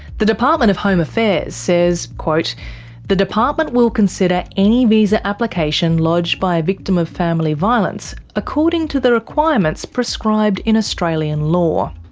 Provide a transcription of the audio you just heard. the department of home affairs says the department will consider any visa application lodged by a victim of family violence according to the requirements prescribed in australian law.